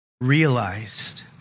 realized